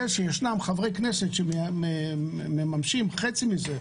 זה שיש חברי כנסת שממשמים חצי מזה,